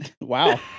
Wow